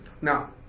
Now